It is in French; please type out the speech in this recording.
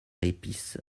épices